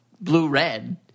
blue-red